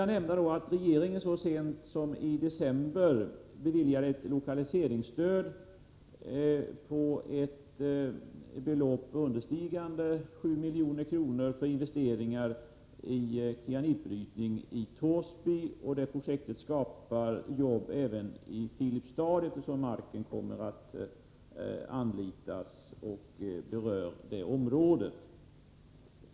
Jag vill vidare nämna att regeringen så sent som i december beviljade ett lokaliseringsstöd på ett belopp understigande 7 milj.kr. för investeringar i cyanitbrytning i Torsby. Det projektet skapar jobb även i Filipstad, eftersom den ifrågavarande marken berör också det området.